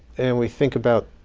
and we think about